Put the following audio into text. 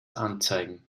anzeigen